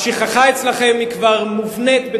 השכחה אצלכם היא כבר מובנית,